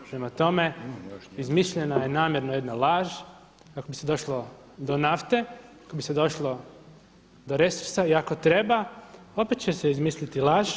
Prema tome, izmišljena je namjerno jedna laž kako bi se došlo do nafte, kako bi se došlo do resursa i ako treba opet će se izmisliti laž.